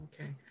Okay